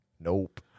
Nope